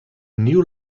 new